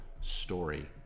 story